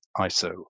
ISO